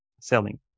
selling